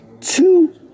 two